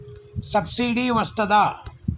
Subsidy వస్తదా?